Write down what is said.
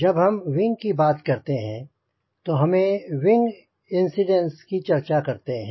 जब हम विंग बात करते हैं तो हमें विंग इन्सिडेन्स की चर्चा करते हैं